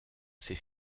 s’est